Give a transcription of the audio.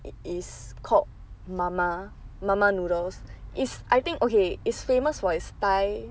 it is called Mama Mama noodles is I think okay is famous for its thai